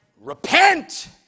Repent